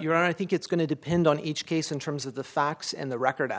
you're i think it's going to depend on each case in terms of the facts and the record